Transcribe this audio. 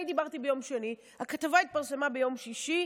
אני דיברתי ביום שני, הכתבה התפרסמה ביום שישי,